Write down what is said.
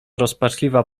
rozpaczliwa